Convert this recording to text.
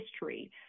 history